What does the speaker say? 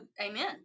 Amen